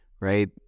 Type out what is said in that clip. right